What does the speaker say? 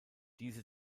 diese